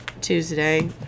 Tuesday